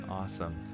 Awesome